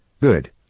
good